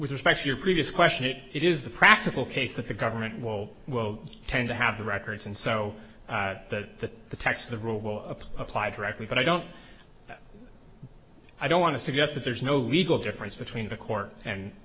with especially your previous question it it is the practical case that the government will well tend to have the records and so that the text the role was applied correctly but i don't i don't want to suggest that there's no legal difference between the court and